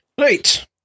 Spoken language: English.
Right